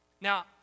Now